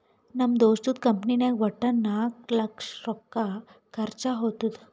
ನಮ್ ದೋಸ್ತದು ಕಂಪನಿನಾಗ್ ವಟ್ಟ ನಾಕ್ ಲಕ್ಷ ರೊಕ್ಕಾ ಖರ್ಚಾ ಹೊತ್ತುದ್